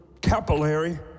capillary